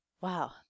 Wow